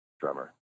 drummer